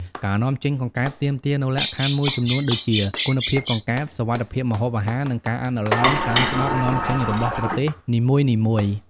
ការនាំចេញកង្កែបទាមទារនូវលក្ខខណ្ឌមួយចំនួនដូចជា គុណភាពកង្កែប សុវត្ថិភាពម្ហូបអាហារ និងការអនុលោមតាមច្បាប់នាំចេញរបស់ប្រទេសនីមួយៗ។